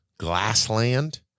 Glassland